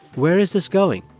where is this going?